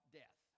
death